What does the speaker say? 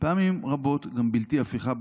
פעמים רבות גם בלתי הפיכה,